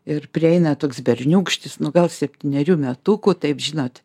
ir prieina toks berniūkštis nu gal septynerių metukų taip žinot